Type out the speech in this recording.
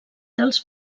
dels